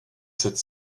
sept